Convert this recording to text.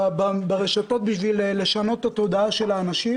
ברשתות בשביל לשנות את התודעה של האנשים,